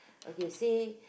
okay say